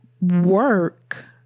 work